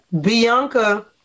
Bianca